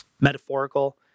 metaphorical